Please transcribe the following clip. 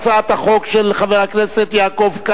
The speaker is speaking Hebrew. בהבטחה שהדבר הזה יהיה דחוף,